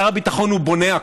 שר הביטחון הוא בונה הכוח,